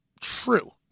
true